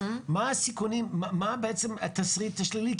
מה בעצם התסריט השלילי,